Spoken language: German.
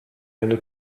eine